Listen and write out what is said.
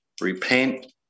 Repent